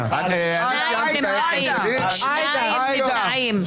10 של קבוצת סיעת המחנה הממלכתי לא נתקבלה.